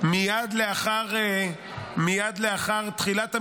מייד לאחר תחילת המלחמה,